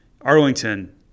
Arlington